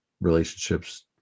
relationships